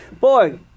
Boy